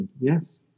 Yes